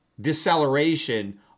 deceleration